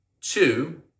Two